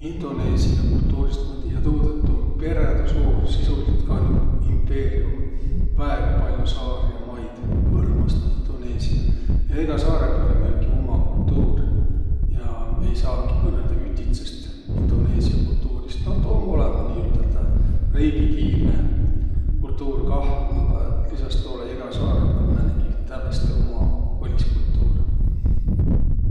Indoneesiä kultuurist ma tiiä tuud, et tuu um perädüsuur, sisulidsõlt kah nigu impeeriüm – väega pall'o saari ja maid hõlmas taa Indoneesiä. Ja egä saarõ pääl um jälki uma kultuur ja ei saaki kõnõldaq ütitsest indoneesiä kultuurist. Noh, tuu um olõmah, niiüteldäq riigikiilne kultuur kah, a lisas toolõ egä saarõ pääl määnegi tävveste uma põliskultuur.